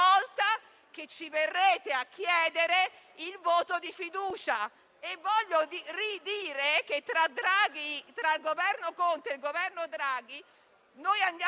che ci verrete a chiedere il voto di fiducia. Vorrei ribadire che tra il Governo Conte e il Governo Draghi andiamo